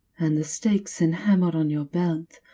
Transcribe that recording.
and the stakes and hammer on your belt.